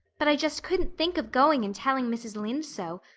but i just couldn't think of going and telling mrs. lynde so.